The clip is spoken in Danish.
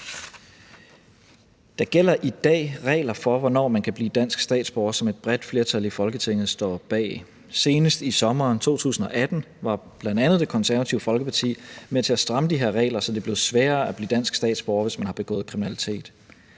Der gælder i dag regler for, hvornår man kan blive dansk statsborger, som et bredt flertal i Folketinget står bag. Senest i sommeren 2018 var bl.a. Det Konservative Folkeparti med til at stramme de her regler, så det blev sværere at blive dansk statsborger, hvis man har begået kriminalitet.